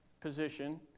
position